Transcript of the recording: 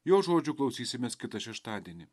jo žodžių klausysimės kitą šeštadienį